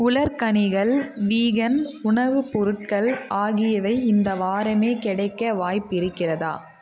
உலர்கனிகள் vegan உணவுப் பொருட்கள் ஆகியவை இந்த வாரமே கிடைக்க வாய்ப்பு இருக்கிறதா